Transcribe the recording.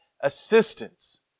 assistance